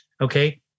okay